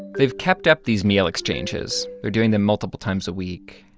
they've kept up these meal exchanges. they're doing them multiple times a week,